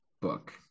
book